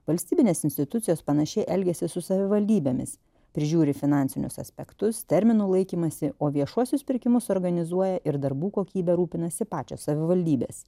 valstybinės institucijos panašiai elgiasi su savivaldybėmis prižiūri finansinius aspektus terminų laikymąsi o viešuosius pirkimus organizuoja ir darbų kokybe rūpinasi pačios savivaldybės